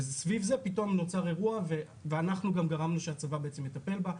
סביב זה פתאום נוצר אירוע ואנחנו גם גרמנו לזה שהצבא יטפל בה,